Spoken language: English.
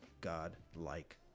God-like